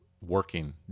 working